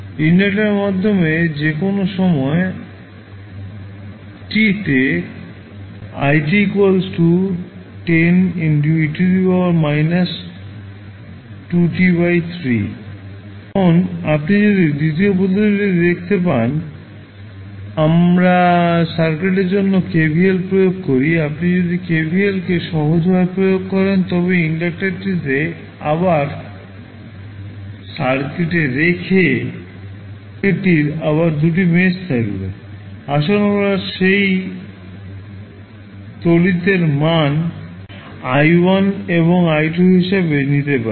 inductor মাধ্যমে যে কোনও সময় t তে i 10e − 2t 3 এখন আপনি যদি দ্বিতীয় পদ্ধতিটি দেখতে পান আমরা সার্কিটের জন্য KVL প্রয়োগ করি আপনি যদি KVL কে সহজভাবে প্রয়োগ করেন তবে ইন্ডাক্টারটিকে আবার সার্কিটে রেখে সার্কিটটির আবার দুটি মেশ থাকবে আসুন আমরা সেই তড়িৎ এর মান i1 এবং i2 হিসাবে নিতে পারি